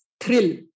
thrill